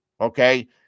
okay